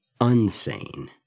unsane